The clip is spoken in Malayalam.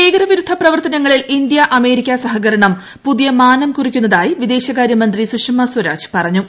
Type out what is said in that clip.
ഭീകരവിരുദ്ധ പ്രവർത്തനങ്ങളിൽ ഇന്ത്യ അമേരിക്ക സഹകരണം പുതിയ മാനം കുറിക്കുന്നതായി വിദേശകാരൃമന്ത്രി സുഷമസ്വരാജ് പറഞ്ഞു